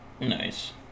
Nice